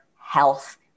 health